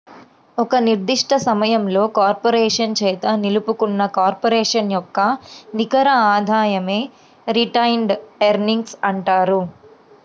ఒక నిర్దిష్ట సమయంలో కార్పొరేషన్ చేత నిలుపుకున్న కార్పొరేషన్ యొక్క నికర ఆదాయమే రిటైన్డ్ ఎర్నింగ్స్ అంటారు